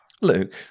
Luke